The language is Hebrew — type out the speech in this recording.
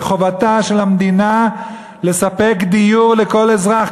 וחובתה של המדינה לספק דיור לכל אזרח,